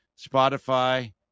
Spotify